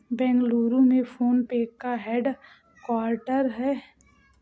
बेंगलुरु में PhonePe का headquarter हैं